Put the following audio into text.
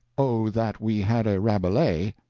o that we had a rabelais!